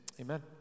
Amen